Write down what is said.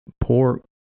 pork